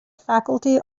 faculty